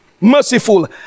merciful